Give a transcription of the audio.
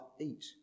eat